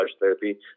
therapy